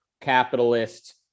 capitalist